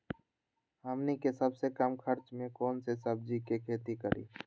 हमनी के सबसे कम खर्च में कौन से सब्जी के खेती करी?